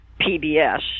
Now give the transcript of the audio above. PBS